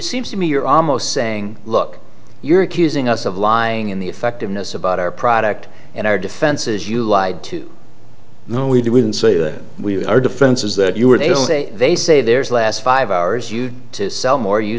seems to me you're almost saying look you're accusing us of lying in the effectiveness about our product and our defenses you lied to no we didn't say that we are defenses that you were they say they say there's last five hours you sell more you